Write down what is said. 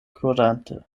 kurante